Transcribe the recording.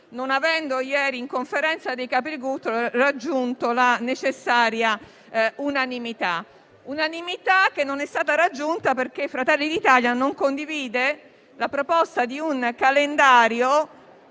non avendo ieri, in Conferenza dei Capigruppo, raggiunto la necessaria unanimità. L'unanimità non è stata raggiunta perché Fratelli d'Italia non condivide la proposta di un calendario